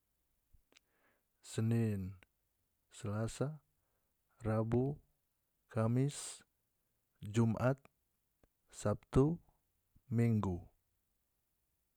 Senin selasa rabu kamis jum'at sabtu minggu